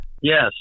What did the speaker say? Yes